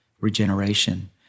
regeneration